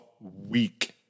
week